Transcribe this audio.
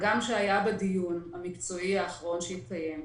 הגם שהיה בדיון המקצועי האחרון שהתקיים,